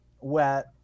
wet